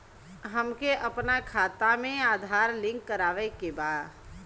हमके अपना खाता में आधार लिंक करावे के बा?